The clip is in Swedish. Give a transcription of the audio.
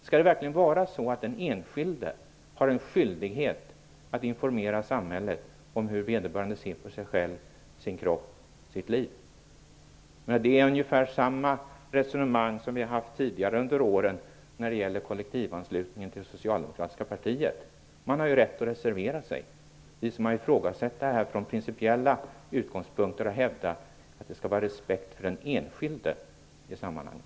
Skall den enskilde verkligen ha en skyldighet att informera samhället om hur han eller hon ser på sig själv, sin kropp, sitt liv? Det är ungefär samma resonemang som vi har hört tidigare under åren om kollektivanslutningen till det socialdemokratiska partiet: Man har ju rätt att reservera sig! Vi som från principiella utgångspunkter har ifrågasatt det resonemanget har hävdat att det skall råda respekt för den enskilde i sammanhanget.